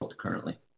currently